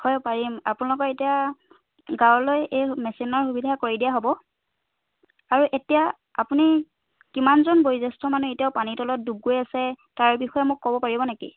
হয় পাৰিম আপোনালোকৰ এতিয়া গাঁৱলৈ এই মেচিনৰ সুবিধা কৰি দিয়া হ'ব আৰু এতিয়া আপুনি কিমানজন বয়োজ্যেষ্ঠ মানুহ এতিয়াও পানীৰ তলত ডুব গৈ আছে তাৰ বিষয়ে মোক ক'ব পাৰিব নেকি